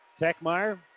Techmeyer